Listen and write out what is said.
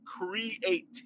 creativity